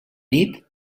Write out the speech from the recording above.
nit